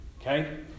Okay